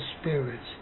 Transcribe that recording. spirits